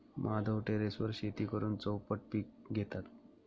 माधव टेरेसवर शेती करून चौपट पीक घेतात